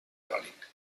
crònic